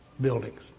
buildings